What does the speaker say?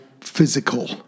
physical